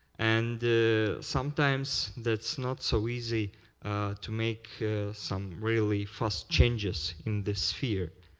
and sometimes that's not so easy to make some really fast changes in this sphere.